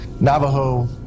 Navajo